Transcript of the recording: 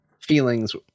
feelings